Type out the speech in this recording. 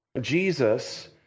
Jesus